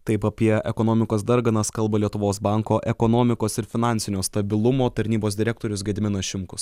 taip apie ekonomikos darganas kalba lietuvos banko ekonomikos ir finansinio stabilumo tarnybos direktorius gediminas šimkus